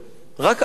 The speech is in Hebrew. נא לסיים.